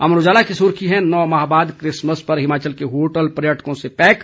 अमर उजाला की सुर्खी है नौ माह बाद किसमस पर हिमाचल के होटल पर्यटकों से पैक